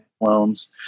loans